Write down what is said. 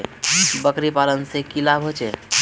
बकरी पालने से की की लाभ होचे?